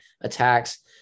attacks